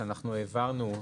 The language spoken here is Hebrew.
שאנחנו העברנו,